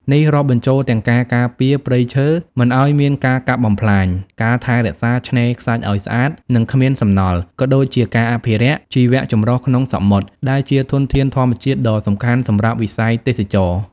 នេះរាប់បញ្ចូលទាំងការការពារ ព្រៃឈើ មិនឲ្យមានការកាប់បំផ្លាញ ការថែរក្សា ឆ្នេរខ្សាច់ឲ្យស្អាត និងគ្មានសំណល់ ក៏ដូចជាការអភិរក្ស ជីវចម្រុះក្នុងសមុទ្រ ដែលជាធនធានធម្មជាតិដ៏សំខាន់សម្រាប់វិស័យទេសចរណ៍។